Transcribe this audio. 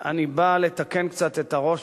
שר החוץ לא נתן לו להגיב.